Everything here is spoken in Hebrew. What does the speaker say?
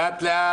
לא מאיים,